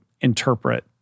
interpret